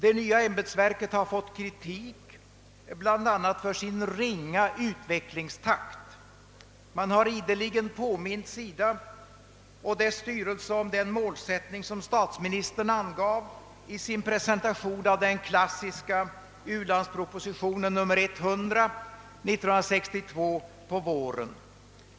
Det nya ämbetsverket har fått kritik bl.a. för sin obetydliga utvecklingstakt. Man har ideligen påmint SIDA och dess styrelse om den målsättning som statsministern angav vid sin presentation av den klassiska u-landspropositionen nr 100 på våren 1962.